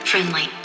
Friendly